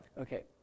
Okay